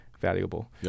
valuable